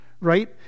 Right